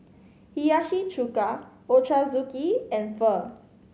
Hiyashi Chuka Ochazuke and Pho